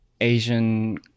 Asian